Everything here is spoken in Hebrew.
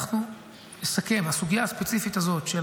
אנחנו נסכם: הסוגיה הספציפית הזאת של